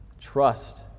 Trust